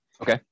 Okay